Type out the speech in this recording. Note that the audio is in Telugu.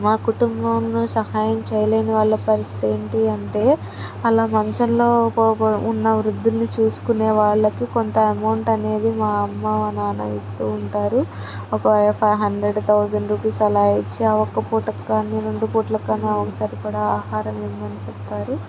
మా కుటుంబంలో సహాయం చేయలేని వాళ్ళ పరిస్థితి ఏంటి అంటే అలా మంచంలో ఉన్న వృద్ధులని చూసుకునే వాళ్ళకి కొంత అమౌంట్ అనేది మా అమ్మ మా నాన్న ఇస్తూ ఉంటారు ఒక ఫైవ్ హండ్రెడ్ థౌజండ్ రూపీస్ అలా ఇచ్చి ఆ ఒక్క పూటకి కానీ రెండు పూట్లకి కానీ వాళ్ళకి సరిపడా ఆహారం ఇమ్మని చెప్తారు